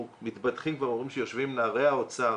אנחנו מתבדחים ואומרים שיושבים נערי האוצר